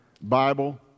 Bible